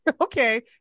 okay